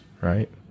right